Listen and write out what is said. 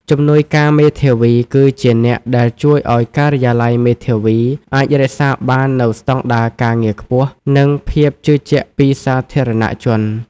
ជំនួយការមេធាវីគឺជាអ្នកដែលជួយឱ្យការិយាល័យមេធាវីអាចរក្សាបាននូវស្តង់ដារការងារខ្ពស់ និងភាពជឿជាក់ពីសាធារណជន។